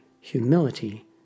humility